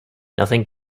nothing